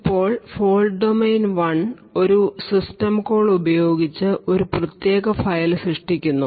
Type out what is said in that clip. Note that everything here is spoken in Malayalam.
ഇപ്പോൾ ഫോൾട് ഡൊമെയ്ൻ 1 ഒരു സിസ്റ്റം കോൾ ഉപയോഗിച്ച് ഒരു പ്രത്യേക ഫയൽ സൃഷ്ടിക്കുന്നു